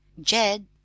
Jed